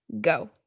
Go